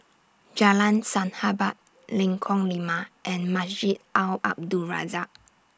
Jalan Sahabat Lengkong Lima and Masjid Al Abdul Razak